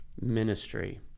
Ministry